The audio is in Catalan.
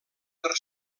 per